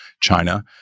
China